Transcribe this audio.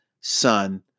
Son